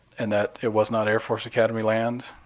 and that it was not air force academy land.